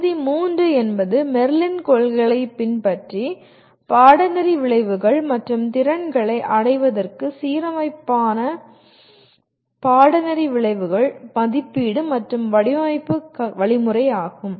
தொகுதி 3 என்பது மெர்லின் கொள்கைகளைப் பின்பற்றி பாடநெறி விளைவுகள் மற்றும் திறன்களை அடைவதற்கு சீரமைப்பான பாடநெறி விளைவுகள் மதிப்பீடு மற்றும் வடிவமைப்பு வழிமுறையாகும்